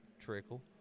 trickle